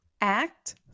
act